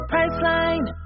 Priceline